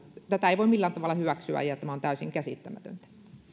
tätä ei voi millään tavalla hyväksyä ja tämä on täysin käsittämätöntä